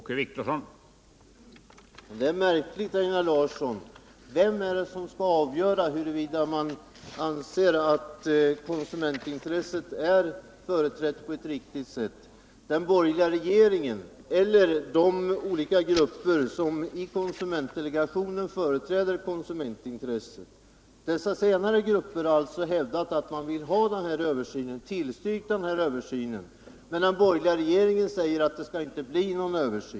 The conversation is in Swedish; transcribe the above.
Herr talman! Detta är märkligt, Einar Larsson. Vem är det som skall avgöra huruvida man anser att konsumentintresset är företrätt på ett riktigt sätt— den borgerliga regeringen eller de olika grupper som i konsumentdelegationen företräder konsumentintresset? Dessa senare grupper har alltså hävdat att man vill ha den här översynen och tillstyrkt den. Men den borgerliga regeringen säger att det inte skall bli någon översyn.